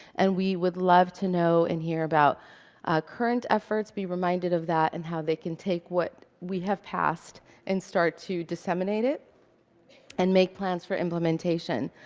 and we would love to know and hear about current efforts, be reminded of that, and how they can take what we have passed and start to disseminate it and make plans for implementation.